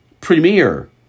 premier